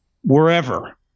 wherever